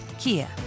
Kia